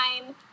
nine